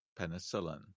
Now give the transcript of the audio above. penicillin